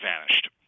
vanished